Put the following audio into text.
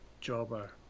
Jobber